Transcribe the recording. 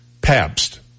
Pabst